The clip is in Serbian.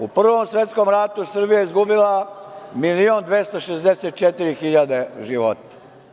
U Prvom svetskom ratu Srbija je izgubila 1.264.000 života.